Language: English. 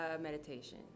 meditation